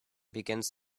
begins